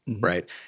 right